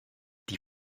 die